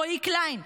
רועי קליין,